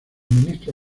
ministro